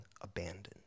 abandoned